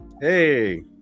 Hey